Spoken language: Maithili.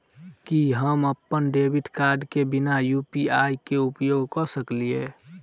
की हम अप्पन डेबिट कार्ड केँ बिना यु.पी.आई केँ उपयोग करऽ सकलिये?